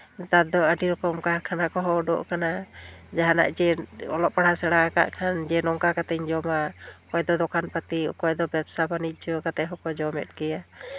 ᱱᱮᱛᱟᱨ ᱫᱚ ᱟᱹᱰᱤ ᱨᱚᱠᱚᱢ ᱠᱟᱨᱠᱷᱟᱱᱟ ᱠᱚᱦᱚᱸ ᱩᱰᱩᱠ ᱠᱟᱱᱟ ᱡᱟᱦᱟᱱᱟᱜ ᱡᱮ ᱚᱞᱚᱜ ᱯᱟᱲᱦᱟᱜ ᱥᱮᱬᱟᱣ ᱟᱠᱟᱫ ᱠᱷᱟᱱ ᱡᱮ ᱱᱚᱝᱠᱟ ᱠᱟᱛᱮᱧ ᱡᱚᱢᱟ ᱦᱚᱭᱛᱳ ᱫᱚᱠᱟᱱᱯᱟᱹᱛᱤ ᱚᱠᱚᱭ ᱫᱚ ᱵᱮᱵᱽᱥᱟ ᱵᱟᱹᱱᱤᱡᱽᱡᱚ ᱠᱟᱛᱮᱫ ᱦᱚᱸᱠᱚ ᱡᱚᱢᱮᱫ ᱜᱮᱭᱟ